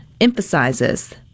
emphasizes